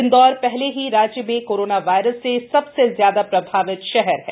इंदौर पहले ही राज्य में कोरोनोवायरस से सबसे ज्यादा प्रभावित शहर है